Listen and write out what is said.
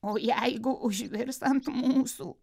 o jeigu užvirs ant mūsų